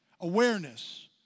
awareness